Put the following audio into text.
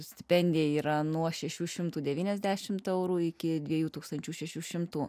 stipendija yra nuo šešių šimtų devyniasdešimt eurų iki dviejų tūkstančių šešių šimtų